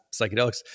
psychedelics